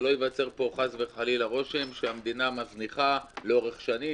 שלא ייווצר פה חס וחלילה רושם שהמדינה מזניחה לאורך שנים